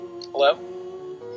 Hello